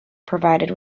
provided